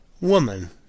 woman